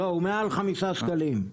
הוא מעל חמישה שקלים.